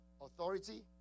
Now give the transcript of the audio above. authority